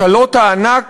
הקלות הענק